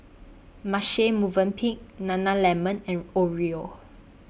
Marche Movenpick Nana Lemon and Oreo